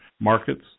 markets